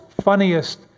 funniest